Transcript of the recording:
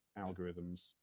algorithms